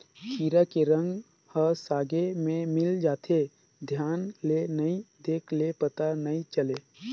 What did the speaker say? कीरा के रंग ह सागे में मिल जाथे, धियान ले नइ देख ले पता नइ चले